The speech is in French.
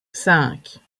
cinq